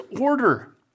order